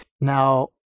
Now